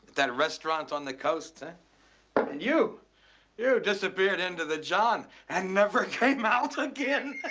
that restaurant on the coast and you yeah disappeared into the john and never came out again.